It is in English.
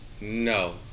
no